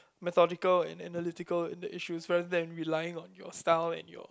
methodical and analytical in the issues rather than relying on your style and your